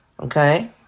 Okay